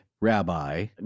rabbi